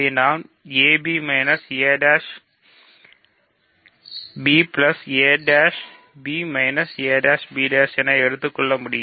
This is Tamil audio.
நான் இதை ab a b a ' b a' b' என எடுத்துக்கொள்ள முடியும்